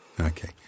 Okay